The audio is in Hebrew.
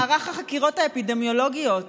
מערך החקירות האפידמיולוגיות